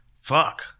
fuck